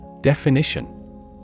Definition